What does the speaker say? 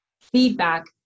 feedback